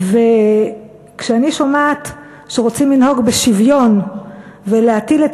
כשאני שומעת שרוצים לנהוג בשוויון ולהטיל את